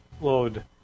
load